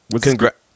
congrats